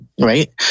right